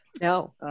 No